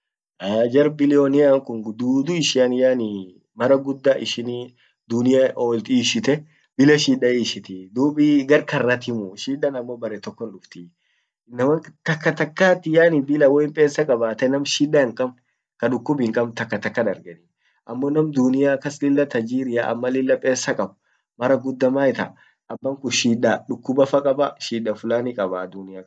jar bilionena kun dudu ishian yaani mara gudda ishin e dunia oltte ishite bila shida hiishiti dub gar karratimu shidan ammo barre tokon duftiii, inaman takatakat yaani bila pesa woin kabbate nam shida hinkabne kadukub hinkabne takataka dargenii yaani woin bila pesa kabbate nam shidda hinkabne takataka darg ammo nam dunia kas lilla amma lilla pesa kab abbasun mara gudda maitta abankun shida dukubafa kaba sida fulani kabaa dunia kas.